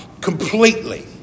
Completely